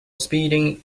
speeding